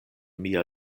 mia